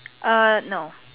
err no